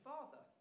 Father